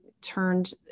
turned